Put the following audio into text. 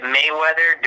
Mayweather